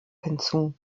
hinzu